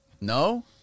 No